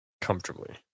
Comfortably